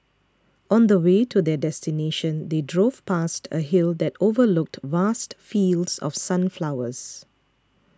on the way to their destination they drove past a hill that overlooked vast fields of sunflowers